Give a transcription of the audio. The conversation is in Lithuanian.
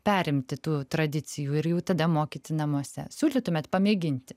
perimti tų tradicijų ir jau tada mokyti namuose siūlytumėt pamėginti